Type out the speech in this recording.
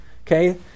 okay